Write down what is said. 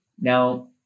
Now